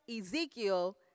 Ezekiel